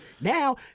now